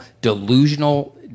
delusional